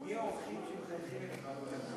מי האורחים שמחייכים אליך, אדוני השר?